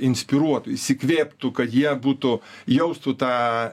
inspiruotų įsikvėptų kad jie būtų jaustų tą